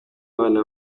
abana